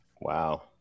wow